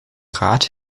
rat